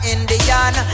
Indian